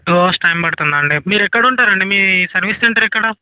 two hours time పడుతుందా అండి మీరు ఎక్కడ ఉంటారండి మీ సర్వీస్ సెంటర్ ఎక్కడ